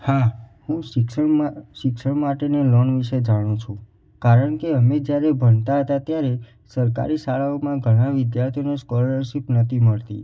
હા હું શિક્ષણમાં શિક્ષણ માટેની લોન વિશે જાણું છું કારણકે અમે જયારે ભણતા હતા ત્યારે સરકારી શાળાઓમાં ઘણા વિદ્યાર્થીને સ્કોલરશીપ નહોતી મળતી